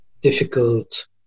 difficult